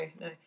no